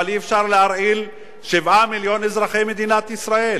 אבל אי-אפשר להרעיל 7 מיליון אזרחי מדינת ישראל.